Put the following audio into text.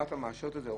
רת"א מאשרת את זה,